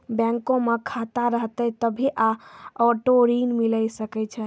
बैंको मे खाता रहतै तभ्भे आटो ऋण मिले सकै